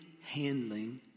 handling